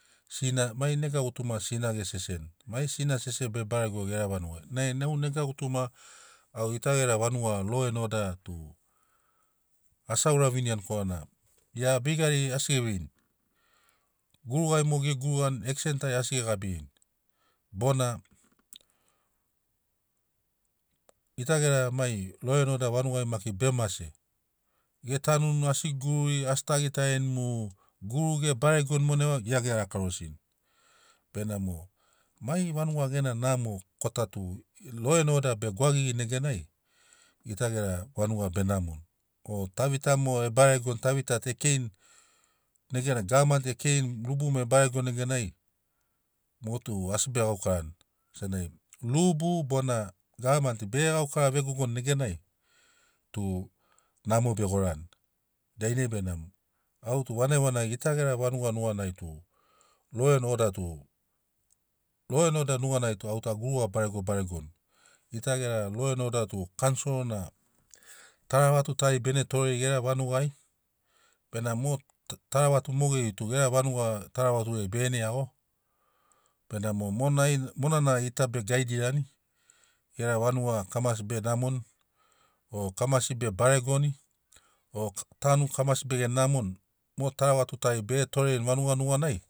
Sina mai nega gutuma sin age seseni mai sina sese be barego ger vanugai nai au nega gutuma au gita gera vanuga lo en oda tu asi a ura viniani korana gia veigari asi ge veini gurugai mo ge gurugani eksen tari asi ge gabirini bona. Gita gera mai lo en oda vanugai maki be mase ge tanuni asi gururi asi ta gitarini mu guru ge baregoni monai vau gia ge rakarosini benamo mai vanuga gena namo kota tu lo en oda be baregoni neganai gita gera vanuga benamoni o tavita mogo e baregoni tavita tu e keini neganai gavani e keini rubu e baregoni neganai mot u asi be gaukarani senagi rubu bona gavani be ge gaukara vegogoni neganai tu namo be gorani dainai benamo au tu vanagivanagi gita gera vanuga nuganai tu lo en oda tu lo en oda nuganai tu au tu a guruga barego baregoni gita gera lo en oda tu kansoro na taravatu tari bene torero gera vanugai benamo mo ta taravatu mogeri tug era vanuga taravaturi ai begene iago benamo monai mona na gita be gaidirani gera vanuga kamasi be namoni o kamasi be baregoni o tanu kakamasi bege namoni mo taravatu tari be ge torerini vanuga nuganai.